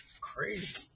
crazy